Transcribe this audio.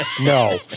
no